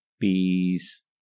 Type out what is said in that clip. Peace